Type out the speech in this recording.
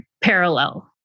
parallel